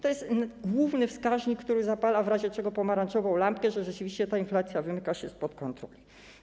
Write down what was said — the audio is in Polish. To jest główny wskaźnik, który zapala w razie czego pomarańczową lampkę, gdy rzeczywiście inflacja wymyka się spod kontroli.